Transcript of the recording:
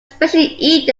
especially